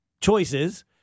choices